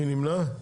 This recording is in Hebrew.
מי נמנע?